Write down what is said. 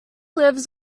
lives